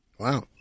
Wow